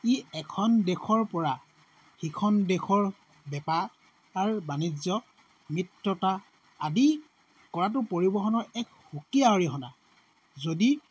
ই এখন দেশৰপৰা ইখন দেশৰ বেপাৰ বাণিজ্য মিত্ৰতা আদি কৰাতো পৰিবহনৰ এক সুকীয়া অৰিহনা যদি